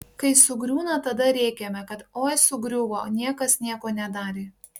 kai sugriūna tada rėkiame kad oi sugriuvo niekas nieko nedarė